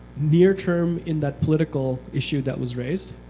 near-term in that political issue that was raised.